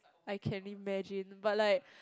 I can imagine but like